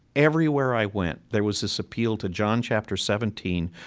everywhere i went there was this appeal to john chapter seventeen,